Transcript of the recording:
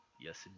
Yes